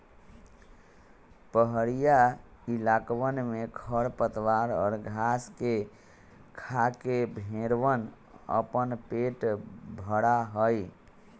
पहड़ीया इलाकवन में खरपतवार और घास के खाके भेंड़वन अपन पेट भरा हई